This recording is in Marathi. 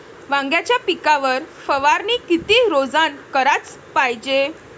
वांग्याच्या पिकावर फवारनी किती रोजानं कराच पायजे?